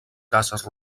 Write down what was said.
cases